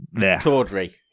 Tawdry